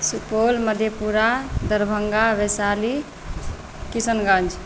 Supaul Madhepura Darbhanga Vaishali Kishanganj